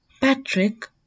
Patrick